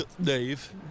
Dave